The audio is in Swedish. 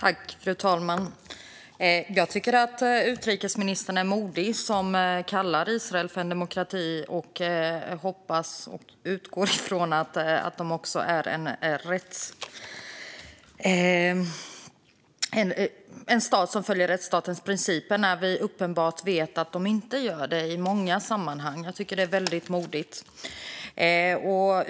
Fru talman! Jag tycker att utrikesministern är modig som kallar Israel en demokrati och hoppas och utgår från att det också är en stat som följer rättsstatens principer när det är uppenbart i många sammanhang att den inte gör det. Jag tycker att det är väldigt modigt.